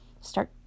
start